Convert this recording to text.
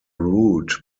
route